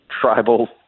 tribal